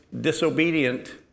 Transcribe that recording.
disobedient